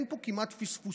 אין פה כמעט פספוסים.